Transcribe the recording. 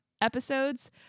episodes